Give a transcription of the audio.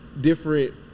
different